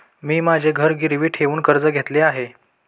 मी माझे घर गिरवी ठेवून कर्ज घेतले आहे